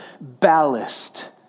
ballast